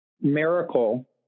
miracle